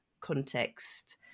context